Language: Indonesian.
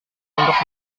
untuk